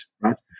right